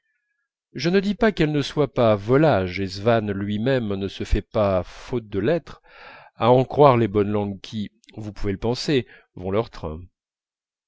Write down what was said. je ne dis pas qu'elle ne soit pas volage et swann lui-même ne se fait pas faute de l'être à en croire les bonnes langues qui vous pouvez le penser vont leur train